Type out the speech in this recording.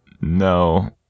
No